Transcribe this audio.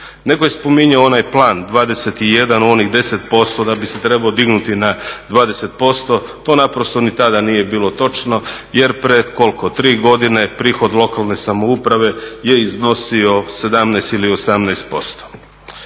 Neko je spominjao onaj Plan 21, onih 10% da bi se trebao dignuti na 20%, to naprosto ni tada nije bilo točno jer pred 3 godine prihod lokalne samouprave je iznosio 17 ili 18%.